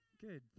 Good